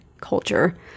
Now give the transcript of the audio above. culture